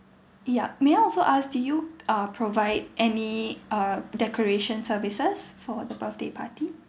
yup may also ask do you uh provide any uh decoration services for the birthday party